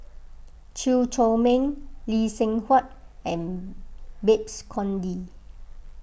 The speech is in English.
Chew Chor Meng Lee Seng Huat and Babes Conde